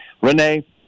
Renee